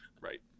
Right